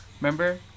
Remember